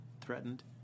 threatened